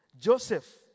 Joseph